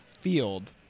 field